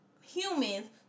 humans